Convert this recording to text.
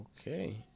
Okay